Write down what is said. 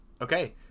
okay